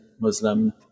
Muslim